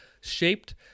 shaped